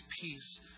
peace